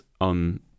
on